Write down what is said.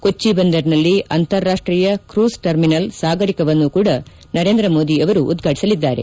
ಕೊಚ್ಚ ಬಂದರಿನಲ್ಲಿ ಅಂತಾರಾಷ್ಷೀಯ cruise terminal ಸಾಗರಿಕವನ್ನು ಕೂಡ ನರೇಂದ್ರ ಮೋದಿ ಅವರು ಉದ್ವಾಟಿಸಲಿದ್ದಾರೆ